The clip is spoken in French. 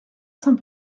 saint